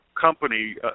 company